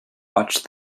watch